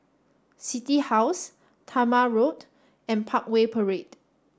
City House Talma Road and Parkway Parade